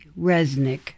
Resnick